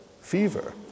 fever